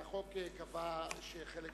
קבע שחלק